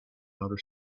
outer